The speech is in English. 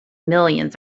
millions